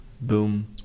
boom